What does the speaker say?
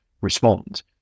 respond